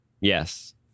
yes